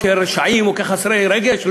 או כרשעים או כחסרי רגש?